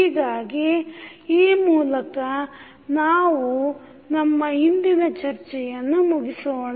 ಹೀಗಾಗಿ ಈ ಮೂಲಕ ನಾವು ನಮ್ಮ ಇಂದಿನ ಚರ್ಚೆಯನ್ನು ಮುಗಿಸೋಣ